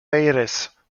aires